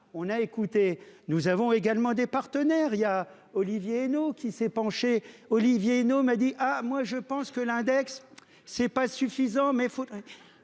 on a écouté. Nous avons également des partenaires, il y a Olivier Henno, qui s'est penché Olivier Henno m'a dit ah moi je pense que l'index. C'est pas suffisant mais faudrait.